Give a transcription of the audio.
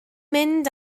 mynd